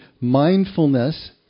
mindfulness